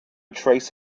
trace